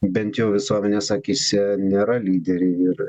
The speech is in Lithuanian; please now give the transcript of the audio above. bent jau visuomenės akyse nėra lyderiai ir